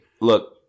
Look